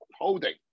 holding